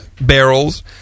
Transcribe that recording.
barrels